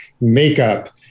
makeup